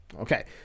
Okay